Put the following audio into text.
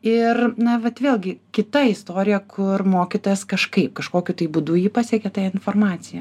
ir na vat vėlgi kita istorija kur mokytojas kažkaip kažkokiu tai būdu jį pasiekė ta informacija